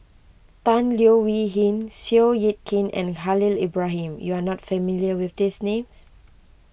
Tan Leo Wee Hin Seow Yit Kin and Khalil Ibrahim you are not familiar with these names